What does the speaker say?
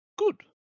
good